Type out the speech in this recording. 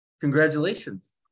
congratulations